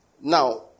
Now